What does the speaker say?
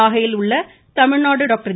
நாகையில் உள்ள தமிழ்நாடு டாக்டர்